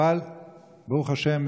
ברוך השם,